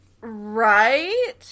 Right